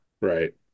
Right